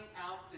out